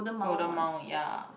Golden Mile ya